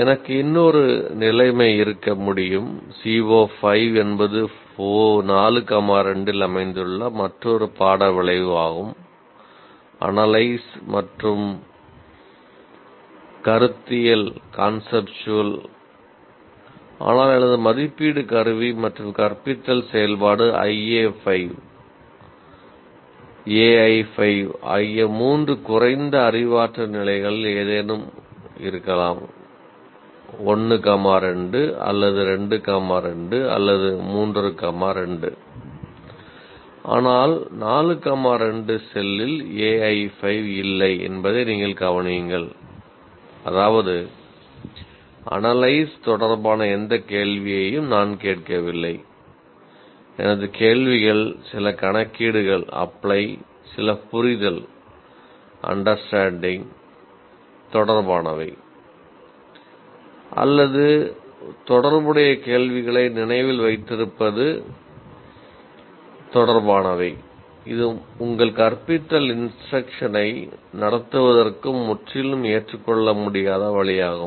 எனக்கு இன்னொரு நிலைமை இருக்க முடியும்